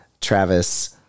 Travis